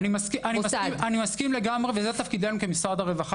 אני מסכים לגמרי וזה תפקידנו כמשרד הרווחה,